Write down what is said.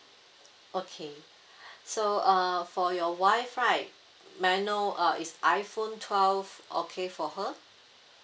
okay so uh for your wife right may I know uh is iphone twelve okay for her